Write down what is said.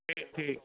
ਠੀਕ